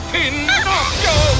Pinocchio